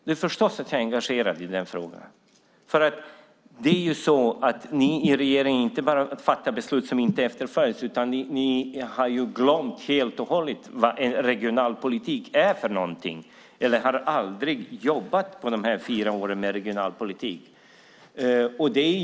Ni i regeringen har inte bara fattat beslut som inte efterföljs, utan ni har helt och hållet glömt vad regionalpolitik är för någonting. Ni har aldrig under dessa fyra år jobbat med regionalpolitik.